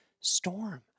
storm